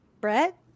brett